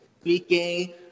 speaking